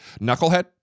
knucklehead